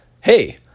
Hey